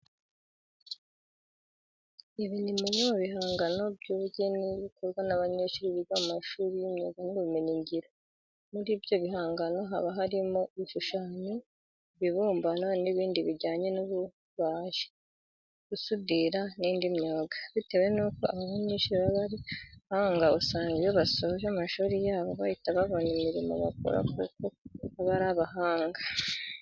Iki ni kimwe mu bihangano by'ubugeni bikorwa n'abanyeshuri biga mu mashuri y'imyuga n'ibumenyingiro. Muri ibyo bihangano haba harimo ibishushanyo, ibibumbano n'ibindi bijyanye n'ububaji, gusudira n'indi myuga. Bitewe nuko aba banyeshuri baba ari abahanga usanga iyo basoje amashuri yabo bahita babona imirimo bakora kuko baba ari abahanga.